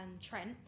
Trent